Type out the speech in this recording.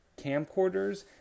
camcorders